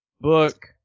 book